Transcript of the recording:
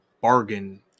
bargain